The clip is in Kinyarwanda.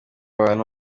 bantu